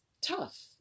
tough